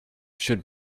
should